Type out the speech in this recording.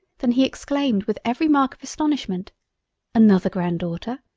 than he exclaimed with every mark of astonishment another grandaughter!